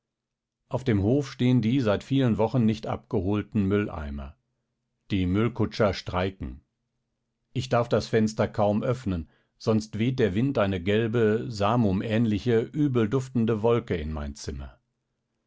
auf dem hof stehen die seit vielen wochen nicht abgeholten mülleimer die müllkutscher streiken ich darf das fenster kaum öffnen sonst weht der wind eine gelbe samumähnliche übel duftende wolke in mein zimmer